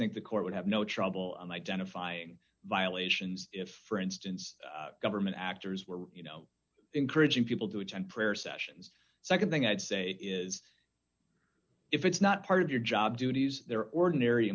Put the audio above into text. think the court would have no trouble identifying violations if for instance government actors were you know encouraging people to attend prayer sessions nd thing i'd say is if it's not part of your job duties they're ordinary